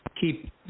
keep